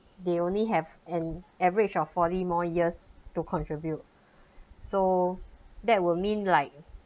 they only have an average of forty more years to contribute so that would mean like